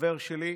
חבר שלי,